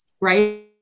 right